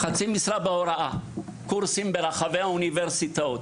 וחצי משרה בהוראה של קורסים ברחבי האוניברסיטאות.